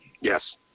Yes